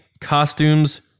costumes